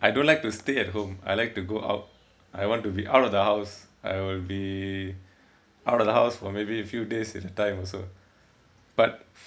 I don't like to stay at home I like to go out I want to be out of the house I will be out of the house for maybe a few days a time also but